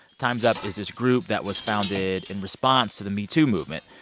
time's up is this group that was founded in response to the metoo movement,